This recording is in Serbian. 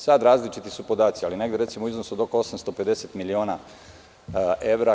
Sad, različiti su podaci, ali negde, recimo, u iznosu od oko 850 miliona evra.